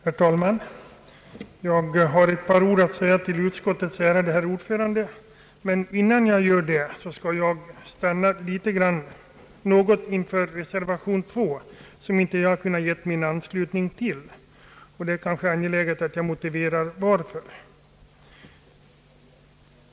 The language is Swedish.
Herr talman! Jag har ett par ord att säga till utskottets ärade ordförande. Men innan jag gör det skall jag stanna något inför reservationen II. Jag har inte kunnat ge min anslutning till den, och det är kanske angeläget att jag motiverar detta.